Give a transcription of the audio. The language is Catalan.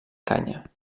canya